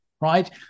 Right